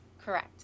Correct